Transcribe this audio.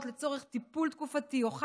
לצורך טיפול תקופתי או חד-יומי,